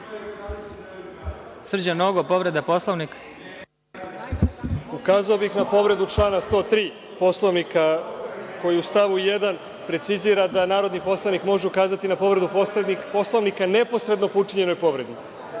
Srđan Nogo, povreda Poslovnika. **Srđan Nogo** Ukazao bih na povredu člana 103. Poslovnika koji u stavu 1. precizira da narodni poslanik može ukazati na povredu Poslovnika neposredno po učinjenoj povredi. Da